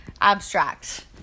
abstract